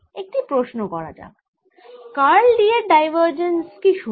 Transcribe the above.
একটি প্রশ্ন করা যাক কার্ল D এর ডাইভার্জেন্স কি 0